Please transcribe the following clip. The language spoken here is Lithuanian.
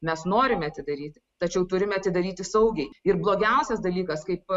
mes norime atdaryti tačiau turime atsidaryti saugiai ir blogiausias dalykas kaip